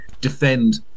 defend